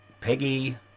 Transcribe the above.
Peggy